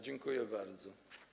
Dziękuję bardzo.